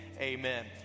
Amen